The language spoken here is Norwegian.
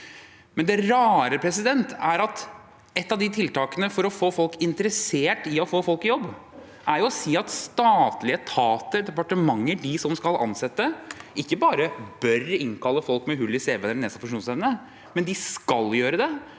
Det rare er at et av tiltakene for å få folk interessert i å få folk i jobb, er å si at statlige etater, departementer, de som skal ansette, ikke bare bør innkalle folk med hull i cv-en eller nedsatt funksjonsevne, men de skal gjøre det,